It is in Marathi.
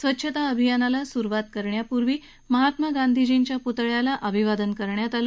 स्वच्छता अभियानाला सुरुवात करण्यापूर्वी महात्मा गांधीजींच्या पुतळ्याला अभिवादन करण्यात आलं